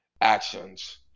actions